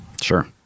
sure